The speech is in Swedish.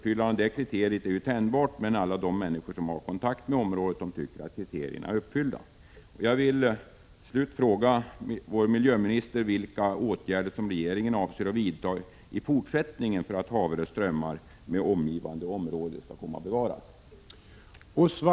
Detta kriterium är tänjbart, men alla de människor som har kontakt med området tycker att kriterierna är uppfyllda.